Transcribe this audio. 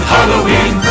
Halloween